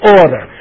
order